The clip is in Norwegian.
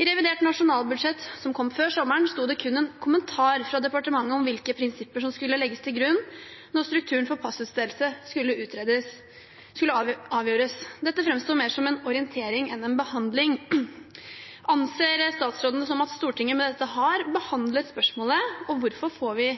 I revidert nasjonalbudsjett som kom før sommeren, sto det kun en kommentar fra departementet om hvilke prinsipper som skulle legges til grunn når strukturen for passutstedelse skulle avgjøres. Dette framsto mer som en orientering enn som en behandling. Anser statsråden det slik at Stortinget med dette har behandlet spørsmålet? Hvorfor får ikke Stortinget avgjøre hvordan strukturen for passutstedelse skal se ut? I revidert nasjonalbudsjett la vi